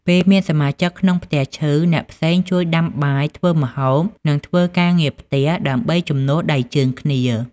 ពេលមានសមាជិកក្នុងផ្ទះឈឺ អ្នកផ្សេងជួយដាំបាយ ធ្វើម្ហូប និងធ្វើការងារផ្ទះ ដើម្បីជំនួសដៃជើងគ្នា។